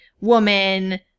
woman